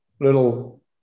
little